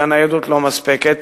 שהניידות לא מספקת,